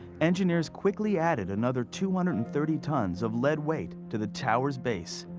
engineers quickly added another two hundred and thirty tons of lead weight to the tower's base.